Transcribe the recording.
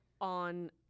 on